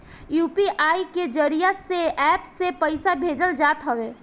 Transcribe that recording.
UPI के जरिया से एप्प से पईसा भेजल जात हवे